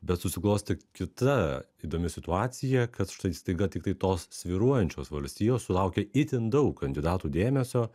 bet susiklostė kita įdomi situacija kad štai staiga tiktai tos svyruojančios valstijos sulaukė itin daug kandidatų dėmesio